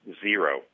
zero